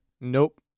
Nope